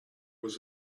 was